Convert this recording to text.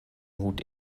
hut